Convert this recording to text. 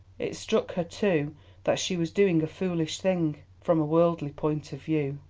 it struck her too that she was doing a foolish thing, from a worldly point of view.